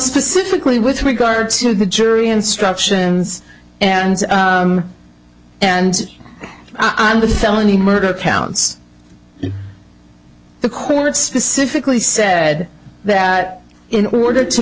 specifically with regard to the jury instructions and and i'm the felony murder counts the court specifically said that in order to